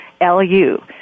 L-U